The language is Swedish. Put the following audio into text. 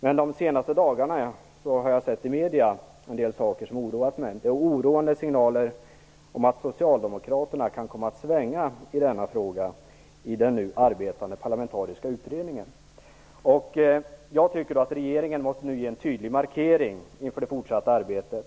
Under de senaste dagarna har jag sett en del saker i medierna som har oroat mig - oroande signaler om att Socialdemokraterna kan komma att svänga i denna fråga i den nu arbetande parlamentariska utredningen. Jag tycker att regeringen nu måste ge en tydlig markering inför det fortsatta arbetet.